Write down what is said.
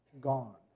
gone